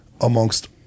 amongst